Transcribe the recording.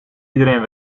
iedereen